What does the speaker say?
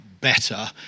better